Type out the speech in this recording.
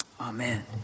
Amen